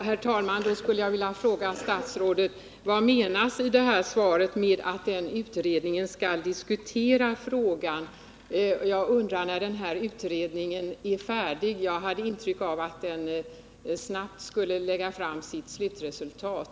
Herr talman! Då skulle jag vilja fråga statsrådet: Vad menas med uppgiften i svaret att utredningen skall diskutera frågan? Jag undrar också när utredningen kommer att vara färdig. Jag hade intrycket att den snart skulle lägga fram sitt slutresultat.